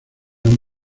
han